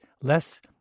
less